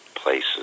places